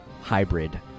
hybrid